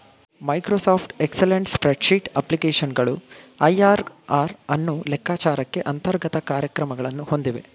Microsoft excellent spreadsheet ಅಪ್ಲಿಕೇಶನ್ಗಳು IRR ಅನ್ನು ಲೆಕ್ಕಚಾರಕ್ಕೆ ಅಂತರ್ಗತ ಕಾರ್ಯಗಳನ್ನು ಹೊಂದಿವೆ